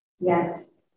Yes